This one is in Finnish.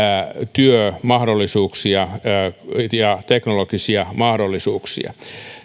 työmahdollisuuksia ja teknologisia mahdollisuuksia